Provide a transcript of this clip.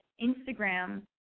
Instagram